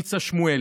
ניצה שמואלי.